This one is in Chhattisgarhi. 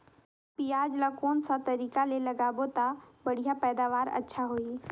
पियाज ला कोन सा तरीका ले लगाबो ता बढ़िया पैदावार अच्छा होही?